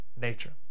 nature